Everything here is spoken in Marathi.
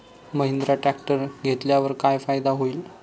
महिंद्रा ट्रॅक्टर घेतल्यावर काय फायदा होईल?